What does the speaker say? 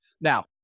Now